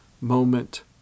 moment